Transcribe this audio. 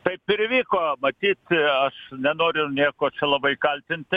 taip ir įvyko matyt aš nenoriu ir nieko čia labai kaltinti